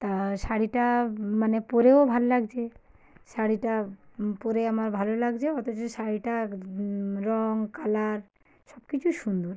তা শাড়িটা মানে পরেও ভাল্লাগছে শাড়িটা পরে আমার ভালো লাগছে অথচ শাড়িটার রঙ কালার সবকিছুই সুন্দর